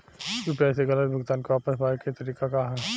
UPI से गलत भुगतान के वापस पाये के तरीका का ह?